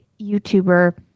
YouTuber